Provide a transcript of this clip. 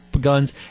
guns